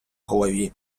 голові